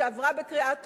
שעברה בקריאה טרומית,